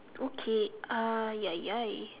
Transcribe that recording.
okay !aiyayai!